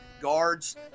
guards